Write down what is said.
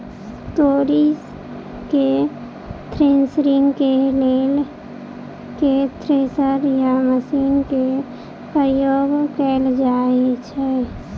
तोरी केँ थ्रेसरिंग केँ लेल केँ थ्रेसर या मशीन केँ प्रयोग कैल जाएँ छैय?